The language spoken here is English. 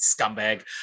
scumbag